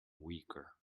weaker